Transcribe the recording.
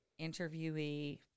interviewee